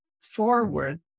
forward